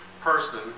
person